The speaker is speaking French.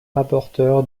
rapporteur